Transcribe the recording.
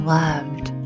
loved